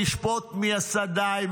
תשפוט מי עשה די,